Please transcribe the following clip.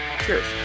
cheers